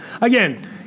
again